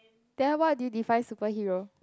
then what do you define superhero